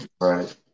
Right